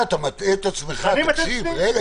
יש לי